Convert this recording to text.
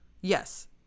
Yes